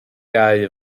gau